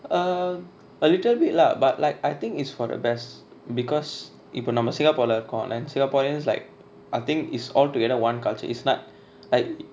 um a little bit lah but like I think it's for the best because இப்ப நம்ம:ippa namma singapore lah இருக்கோ:iruko like singaporeans like I think it's altogether one culture it's not like